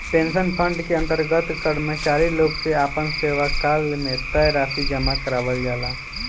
pension fund के अंतर्गत कर्मचारी लोग से आपना सेवाकाल में तय राशि जामा करावल जाला